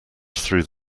through